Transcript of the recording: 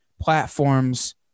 platforms